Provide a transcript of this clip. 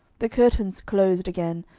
the curtains closed again,